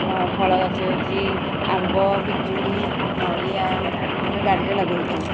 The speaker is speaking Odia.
ଫଳ ଗଛ ହେଉଛି ଆମ୍ବ ପିଜୁଳି ନଡ଼ିଆ ଆମେ ବାଡ଼ିରେ ଲଗେଇଛୁ